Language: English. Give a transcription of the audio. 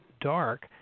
dark